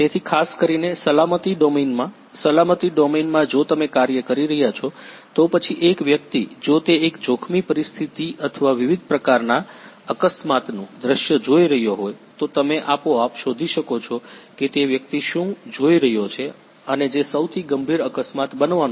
તેથી ખાસ કરીને સલામતી ડોમેનમાં સલામતી ડોમેનમાં જો તમે કાર્ય કરી રહ્યા છો તો પછી એક વ્યક્તિ જો તે એક જોખમી પરિસ્થિતિ અથવા વિવિધ પ્રકારના અકસ્માતનું દૃશ્ય જોઈ રહ્યો હોય તો તમે આપોઆપ શોધી શકો છો કે તે વ્યક્તિ શું જોઈ રહ્યો છે અને જે સૌથી ગંભીર અકસ્માત બનવાનો છે